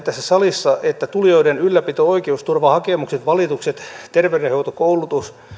tässä salissa että tulijoiden ylläpito oikeusturva hakemukset valitukset terveydenhoito koulutus